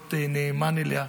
להיות נאמן לה,